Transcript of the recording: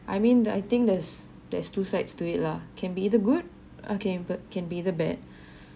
I mean the I think there's there's two sides to it lah can be the good okay but can be the bad